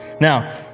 Now